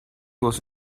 was